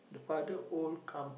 father old come